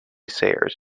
sayers